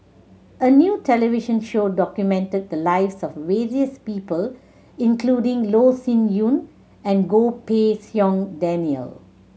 a new television show documented the lives of various people including Loh Sin Yun and Goh Pei Siong Daniel